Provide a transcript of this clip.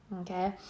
Okay